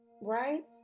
right